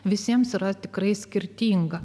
visiems yra tikrai skirtinga